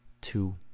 two